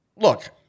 look